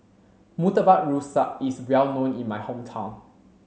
Murtabak Rusa is well known in my hometown